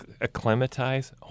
acclimatize